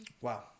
Wow